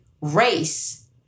race